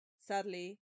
sadly